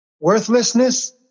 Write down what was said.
worthlessness